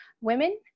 women